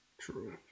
True